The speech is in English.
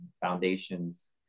foundations